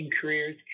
careers